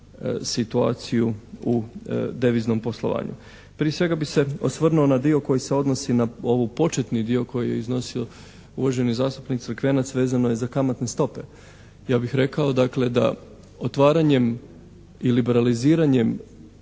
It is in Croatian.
u deviznom poslovanju. Prije svega bih se osvrnuo na dio koji se odnosi na ovaj početni dio koji je iznosio uvaženi zastupnik Crkvenac vezano je za kamatne stope. Ja bih rekao dakle da otvaranjem i liberaliziranjem